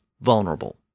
vulnerable